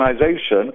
organization